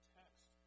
text